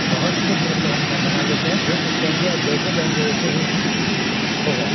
बहुत कुछ मतलब हम बना लेते हैं जो कुछ कहेंगे आप जैसे कहेंगे वैसे ही होगा